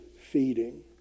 feeding